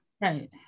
Right